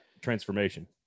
transformation